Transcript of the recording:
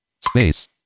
Space